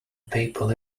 papal